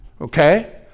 okay